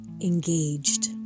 engaged